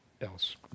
else